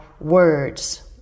words